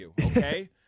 okay